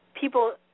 People